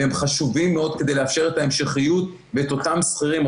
והם חשובים מאוד כדי לאפשר את ההמשכיות ואת אותם שכירים,